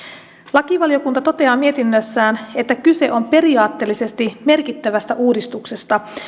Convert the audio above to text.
lakivaliokunta toteaa mietinnössään että kyse on periaatteellisesti merkittävästä uudistuksesta